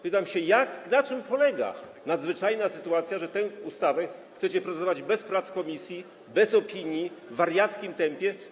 Pytam się, na czym polega nadzwyczajna sytuacja, że nad tą ustawą chcecie procedować bez prac w komisji, bez opinii, w wariackim tempie.